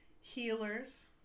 Healers